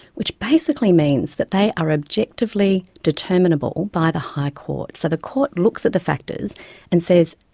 which basically means that they are objectively determinable by the high court. so, the court looks at the factors and says,